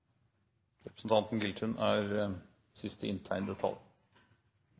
representanten, er